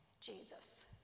Jesus